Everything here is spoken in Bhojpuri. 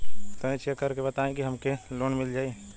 तनि चेक कर के बताई हम के लोन मिल जाई?